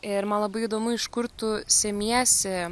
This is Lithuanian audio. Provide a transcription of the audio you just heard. ir man labai įdomu iš kur tu semiesi